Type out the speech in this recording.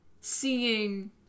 Seeing